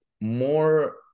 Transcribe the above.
more